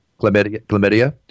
Chlamydia